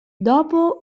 dopo